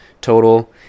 total